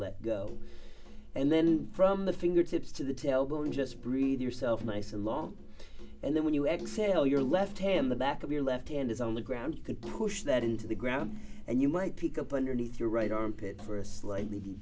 let go and then from the fingertips to the tail bone just breathe yourself nice and long and then when you exit all your left hand the back of your left hand is on the ground you can push that into the ground and you might pick up underneath your right armpit for a slightly